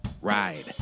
ride